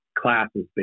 classes